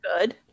good